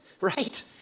Right